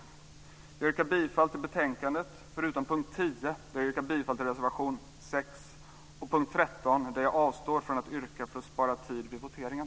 Jag yrkar bifall till förslaget till riksdagsbeslut i betänkandet förutom under punkt 10, där jag yrkar bifall till reservation 6, och under punkt 13, där jag avstår från yrkande för att spara tid vid voteringen.